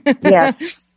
yes